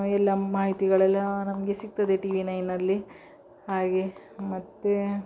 ಎಲ್ಲ ಮಾಹಿತಿಗಳೆಲ್ಲ ನಮಗೆ ಸಿಗ್ತದೆ ಟಿವಿ ನೈನಲ್ಲಿ ಹಾಗೆ ಮತ್ತು